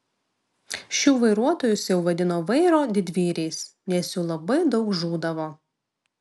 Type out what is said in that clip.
šių vairuotojus jau vadino vairo didvyriais nes jų labai daug žūdavo